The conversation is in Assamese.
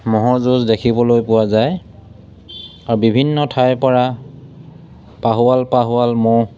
মহ'ৰ যুঁজ দেখিবলৈ পোৱা যায় আৰু বিভিন্ন ঠাইৰপৰা পাহোৱাল পাহোৱাল ম'হ